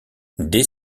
dès